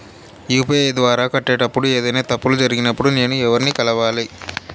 UPI ద్వారా కట్టేటప్పుడు ఏదైనా తప్పులు జరిగినప్పుడు నేను ఎవర్ని కలవాలి?